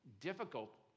difficult